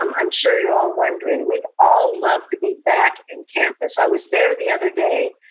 um i'm sure you're all wondering, we'd all love to be back in campus. i was there the other day,